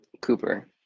Cooper